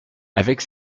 avec